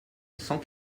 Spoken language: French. cent